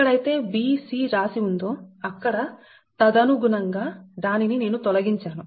ఎక్కడైతే b c రాసి ఉందో అక్కడ తదనుగుణంగా దానిని నేను తొలగించాను